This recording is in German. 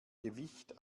gewicht